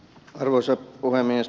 arvoisa puhemies